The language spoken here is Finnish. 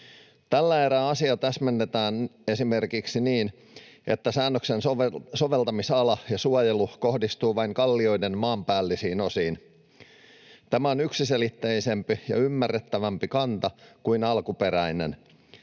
Tällä erää asia täsmennetään esimerkiksi niin, että säännöksen soveltamisala ja suojelu kohdistuu vain kallioiden maanpäällisiin osiin. Tämä on yksiselitteisempi ja ymmärrettävämpi kanta kuin alkuperäinen.